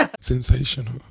Sensational